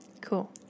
Cool